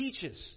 teaches